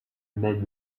mais